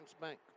Bank